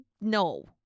No